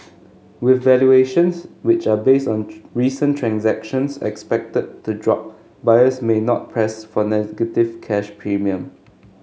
with valuations which are based on recent transactions expected to drop buyers may not press for negative cash premium